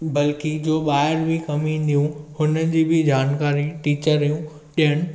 बल्कि जो ॿाहिरि बि कमु ईंदियूं हुनजी बि जानकारी टीचरियूं ॾियनि